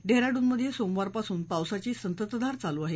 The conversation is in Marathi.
डेहराडूनमध्ये सोमवार पासून पावसाची संततधार चालू आहे